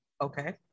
Okay